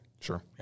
Sure